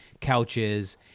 couches